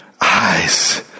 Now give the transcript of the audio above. eyes